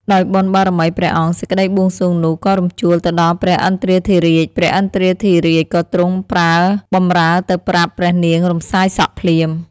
ដោយបុណ្យបារមីព្រះអង្គ សេចក្តីបួងសួងនោះ ក៏រំជួលទៅដល់ព្រះឥន្ទ្រាធិរាជ ព្រះឥន្ទ្រាធិរាជក៏ទ្រង់ប្រើបម្រើទៅប្រាប់ ព្រះនាង រំសាយសក់ ភ្លាម ។